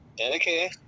Okay